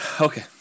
okay